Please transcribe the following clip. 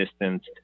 distanced